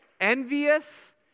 envious